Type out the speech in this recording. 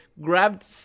grabbed